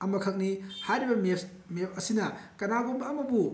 ꯑꯃꯈꯛꯅꯤ ꯍꯥꯏꯔꯤꯕ ꯃꯦꯞ ꯑꯁꯤꯅ ꯀꯅꯥꯒꯨꯝꯕ ꯑꯃꯕꯨ